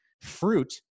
Fruit